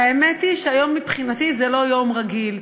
האמת היא שהיום מבחינתי זה לא יום רגיל,